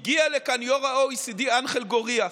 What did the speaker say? הגיע לכאן יו"ר ה-OECD אנחל גורייה,